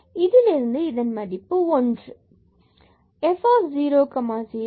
இதிலிருந்து இதன் மதிப்பு 1 எனவே 1 f 0 0 1 1 0